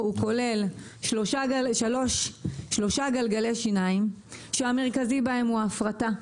הוא כולל 3 גלגלי שיניים כאשר המרכזי בהם הוא ההפרטה.